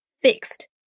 fixed